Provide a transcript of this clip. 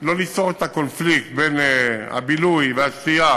שלא ליצור את הקונפליקט בין הבילוי והשתייה